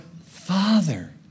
Father